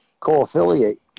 Co-affiliate